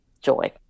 joy